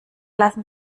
lassen